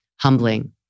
humbling